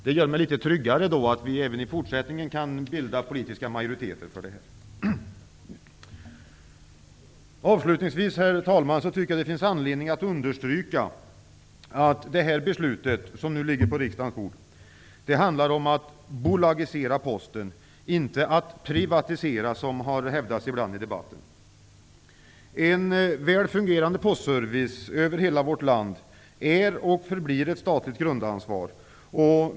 Det faktum att vi även i fortsättningen kan bilda politiska majoriteter för dessa beslut gör mig litet tryggare. Avslutningsvis, herr talman, tycker jag att det finns anledning att understryka att det förslag som ligger på riksdagens bord handlar om att bolagisera Posten -- inte om att privatisera, vilket ibland har hävdats i debatten. En väl fungerande postservice över hela vårt land är och förblir ett statligt grundansvar.